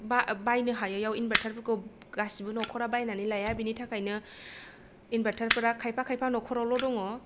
बायनो हायैआव इनभार्टारफोरखौ गासिबो न'खरा बायनानै लाया बिनि थाखायनो इन्भार्टारफोरा खायफा खायफा न'खरावल' दङ